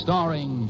Starring